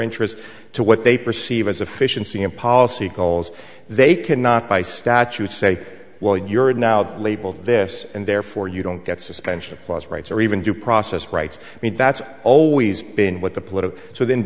interest to what they perceive as efficiency in policy goals they can not by statute say well you're now labeled this and therefore you don't get suspension plus rights or even due process rights i mean that's always been what the political so then